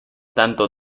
tanto